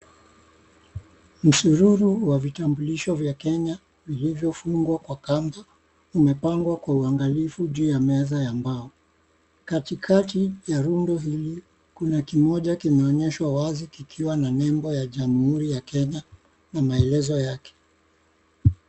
Msururu wa vitambulisho vya Kenya vilivyofungwa kwa kamba vimepangwa kwa uangalifu juu ya meza ya mbao. Katikati ya rundo hili kuna kimoja kimeonyeshwa wazi kikiwa na nembo ya jamuhuri ya Kenya na maelezo yake.